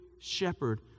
shepherd